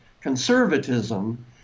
conservatism